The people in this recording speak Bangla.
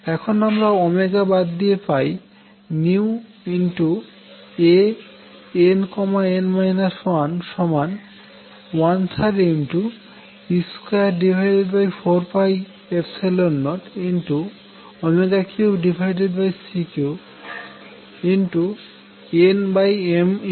এখন আমরা বাদ দিয়ে পাই Ann 1 13e2403C3 nm